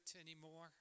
anymore